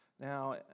now